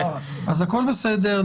אז הכול בסדר,